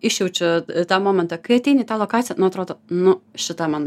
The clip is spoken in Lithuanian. išjaučiu tą momentą kai ateini į tą lokaciją nu atrodo nu šita mano